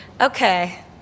okay